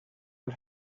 els